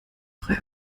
frei